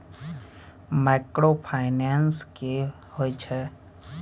Microfinance की होय छै?